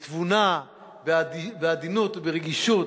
בתבונה, בעדינות וברגישות.